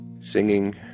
singing